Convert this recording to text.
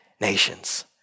nations